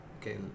okay